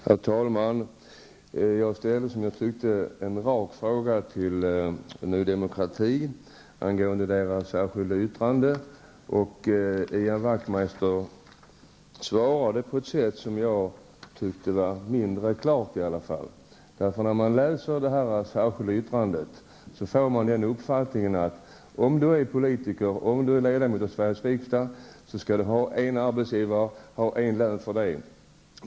Herr talman! Jag ställde som jag tyckte en rak fråga till Ny Demokrati angående deras särskilda yttrande. Ian Wachtmeister svarade på ett sätt som jag tyckte var mindre klart. När man läser detta särskilda yttrande får man den uppfattningen att en politiker och ledamot av Sveriges riksdag skall ha en arbetsgivare och en lön för arbetet.